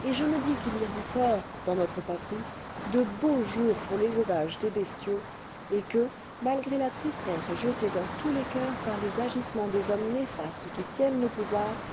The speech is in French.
et je me dis qu'il y a encore dans notre patrie de beaux jours pour l'élevage des bestiaux et que malgré la tristesse jetée dans tous les coeurs par les agissements des hommes néfastes qui tiennent le pouvoir